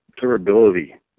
durability